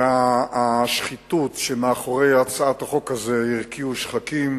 והשחיתות שמאחורי הצעת החוק הזאת הרקיעו שחקים,